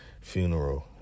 funeral